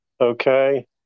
Okay